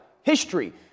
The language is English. history